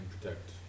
protect